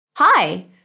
Hi